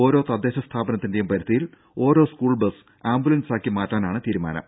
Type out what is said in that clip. ഓരോ തദ്ദേശ സ്ഥാപനത്തിന്റെയും പരിധിയിൽ ഓരോ സ്കൂൾ ബസ് ആംബുലൻസ് ആക്കി മാറ്റാനാണ് തീരുമാനം